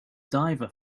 diver